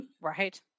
right